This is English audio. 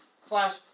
slash